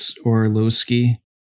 Orlowski